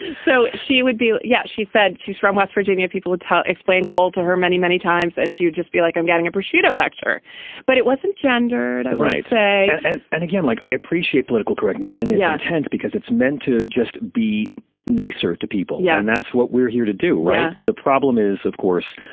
so she would be yeah. she said she's from west virginia. people would tell explain call to her many many times and she would just be like i'm getting a prosciutto lecture but it wasn't gendered i'd say and and again like i appreciate political correctness in this tent because it's meant to just be nicer to people. yeah. and that's what we're here to do right. the problem is of course